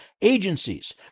agencies